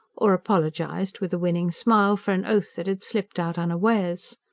or apologised, with a winning smile, for an oath that had slipped out unawares.